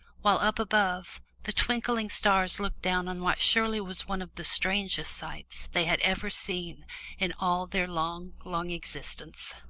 while up above, the twinkling stars looked down on what surely was one of the strangest sights they had ever seen in all their long, long experience!